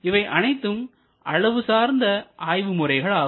இவை அனைத்தும் அளவு சார்ந்த ஆய்வு முறைகள் ஆகும்